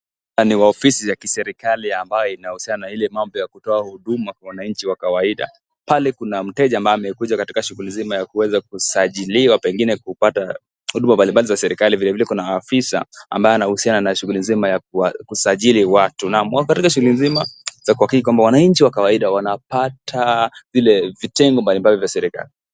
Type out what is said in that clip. Nani wa ofisi za kiserikali ambayo inahusiana na ile mambo ya kutoa huduma kwa wananchi wa kawaida. Pale kuna mteja ambaye amekuja katika shughuli nzima ya kuweza kusajiliwa pengine kupata huduma mbalimbali za serikali, vile vile kuna afisa ambaye anahusiana na shughuli nzima ya kusajili watu. Naam, katika shughuli nzima za kuhakikisha kwamba wananchi wa kawaida wanapata, vile vitengo mbalimbali vya serikali.